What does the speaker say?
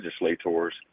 legislators